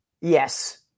yes